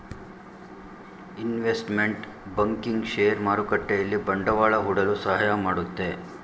investment banking share ಮಾರುಕಟ್ಟೆಯಲ್ಲಿ ಬಂಡವಾಳ ಹೂಡಲು ಸಹಾಯ ಮಾಡುತ್ತೆ